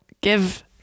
give